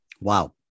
Wow